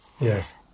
Yes